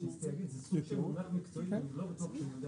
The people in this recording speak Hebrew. זה מונח מקצועי אבל לא בטוח שאני יודע